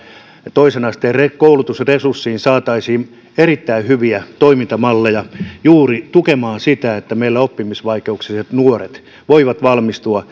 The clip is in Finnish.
toisen asteen koulutusresurssiin saataisiin erittäin hyviä toimintamalleja tukemaan juuri sitä että meillä oppimisvaikeuksiset nuoret voivat valmistua